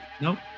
Nope